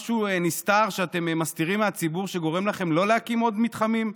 משהו נסתר שאתם מסתירים מהציבור שגורם לכם לא להקים מתחמים?